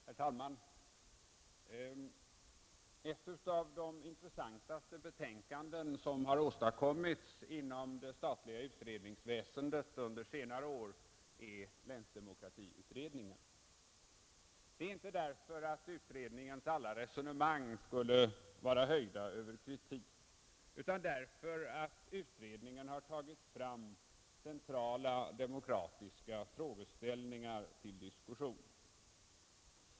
Herr talman! Ett av de mest intressanta betänkanden som har åstadkommits inom det statliga utredningsväsendet under senare år är länsdemokratiutredningen. Det är inte därför att utredningens alla resonemang skulle vara höjda över kritik, utan det är därför att utredningen har tagit fram centrala demokratiska frågeställningar till diskussion.